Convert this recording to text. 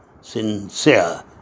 sincere